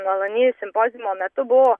malony simpoziumo metu buvo